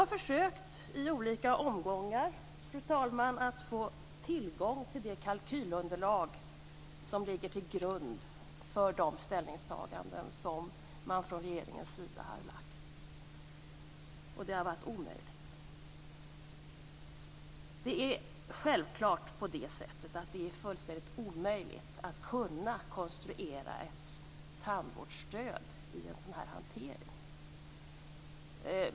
Jag har i olika omgångar försökt, fru talman, att få tillgång till det kalkylunderlag som ligger till grund för dessa ställningstaganden från regeringens sida. Det har varit omöjligt. Det är naturligtvis fullständigt omöjligt att konstruera ett tandvårdsstöd med en sådan hantering.